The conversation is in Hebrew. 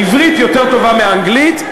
העברית טובה יותר מהאנגלית,